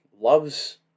loves